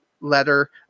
letter